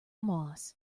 moss